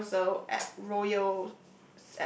Carousel at Royal